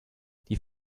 die